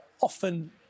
often